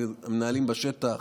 זה המנהלים בשטח.